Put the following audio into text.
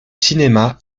cinéma